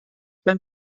beim